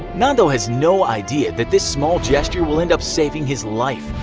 nando has no idea that this small gesture will end up saving his life.